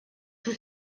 tous